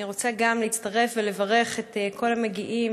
גם אני רוצה להצטרף ולברך את כל המגיעים